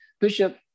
Bishop